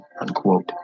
unquote